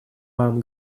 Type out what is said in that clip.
вам